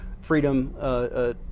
freedom